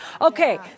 Okay